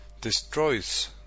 destroys